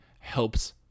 helps